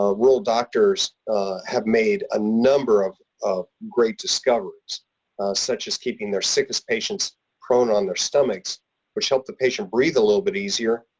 ah rural doctors have made a number of of great discoveries such as keeping their sickest patients prone on their stomachs which help the patient breathe a little bit easier,